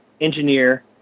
engineer